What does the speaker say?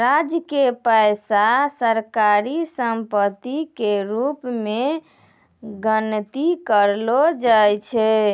राज्य के पैसा सरकारी सम्पत्ति के रूप मे गनती करलो जाय छै